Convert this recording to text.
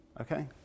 Okay